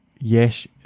yes